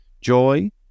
joy